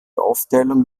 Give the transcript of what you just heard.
aufteilung